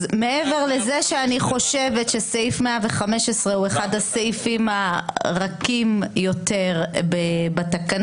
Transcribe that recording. אז מעבר לזה שאני חושבת שסעיף 115 הוא אחד הסעיפים הרכים יותר בתקנון,